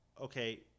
okay